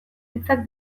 hitzak